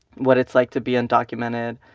what it's like to be undocumented.